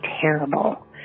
terrible